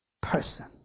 Person